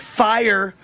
fire